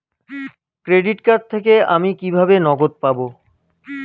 Credit card থেকে আমি কিভাবে নগদ পাব?